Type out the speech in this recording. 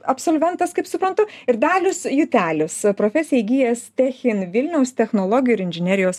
absolventas kaip suprantu ir dalius jutelis profesiją įgijęs techin vilniaus technologijų ir inžinerijos